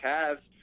Cavs